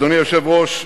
אדוני היושב-ראש,